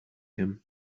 him